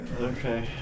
okay